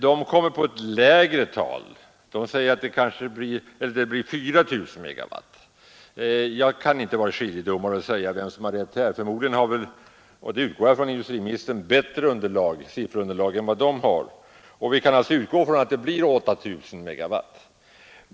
Där har man kommit fram till ett lägre tal och säger att det blir 4 000 megawatt. Jag kan inte här vara skiljedomare och säga vem som har rätt, men förmodligen har industriministern ett bättre sifferunderlag. Jag utgår från det. Vi kan alltså utgå från att det blir 8 000 megawatt.